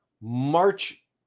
march